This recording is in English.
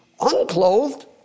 unclothed